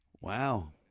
Wow